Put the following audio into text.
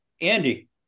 Andy